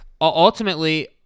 ultimately